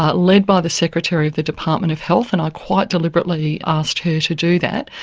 ah led by the secretary of the department of health, and i quite deliberately asked her to do that,